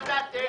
מה דעתך?